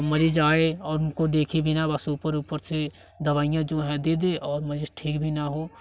मरीज आए और उनको देखे बिना बस ऊपर ऊपर से दवाइयाँ जो है दे दे और मरीज ठीक भी ना हो